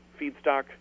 feedstock